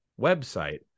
website